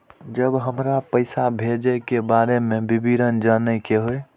जब हमरा पैसा भेजय के बारे में विवरण जानय के होय?